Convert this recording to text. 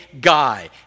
guy